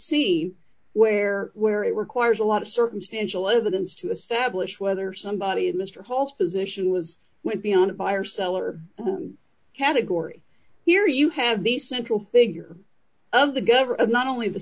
see where where it requires a lot of circumstantial evidence to establish whether somebody in mr hall's position was went beyond a buyer seller category here you have the central figure of the government not only the